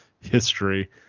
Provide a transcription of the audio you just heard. history